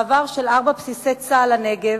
מעבר של ארבעה בסיסי צה"ל לנגב.